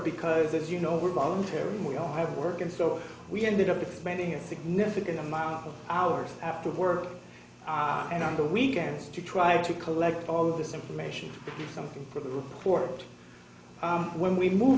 because as you know voluntary we all have work and so we ended up spending a significant amount of hours after work and on the weekends to try to collect all this information something for the report when we move